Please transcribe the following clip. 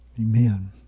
Amen